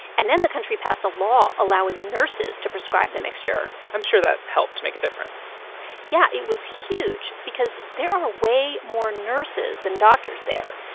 and then the country passed a law allowing nurses to prescribe the mixture i'm sure that helped make a difference yeah, it was huge because there are way more nurses than doctors there,